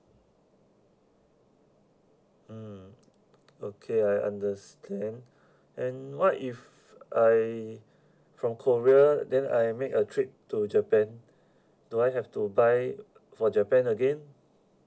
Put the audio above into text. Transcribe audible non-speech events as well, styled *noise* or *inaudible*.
mm okay I understand *breath* and what if I *breath* from korea then I make a trip to japan *breath* do I have to buy for japan again